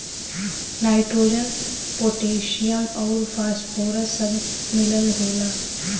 nitrogen potassium आउर phosphorus सब मिलल होला